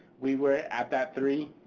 we were at that three,